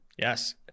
Yes